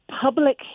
public